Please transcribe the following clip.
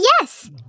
yes